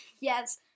Yes